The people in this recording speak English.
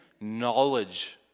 knowledge